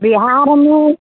बिहारमे